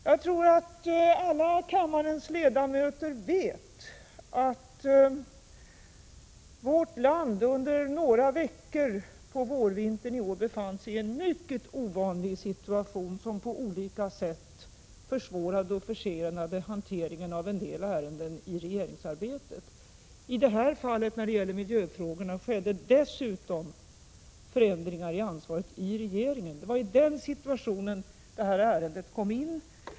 Jag tror att alla kammarens ledamöter vet att vårt land under några veckor på vårvintern i år befann sig i en mycket ovanlig situation, vilken på olika sätt försvårade och försenade regeringens arbete i en del ärenden. När det gäller miljöfrågorna skedde dessutom förändringar i ansvaret inom regeringen. Det vari denna situation som detta ärende kom in.